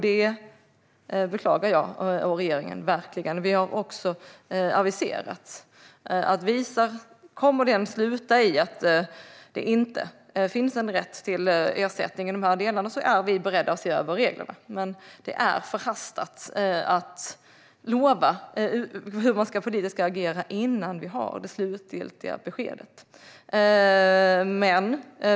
Det beklagar jag och regeringen verkligen. Vi har aviserat att om den kommer att sluta i att det inte finns en rätt till ersättning i de här delarna är vi beredda att se över reglerna, men det är förhastat att lova hur man politiskt ska agera innan man har det slutgiltiga beskedet.